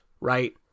right